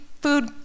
food